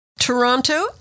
Toronto